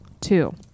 Two